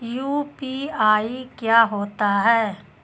UPI क्या होता है?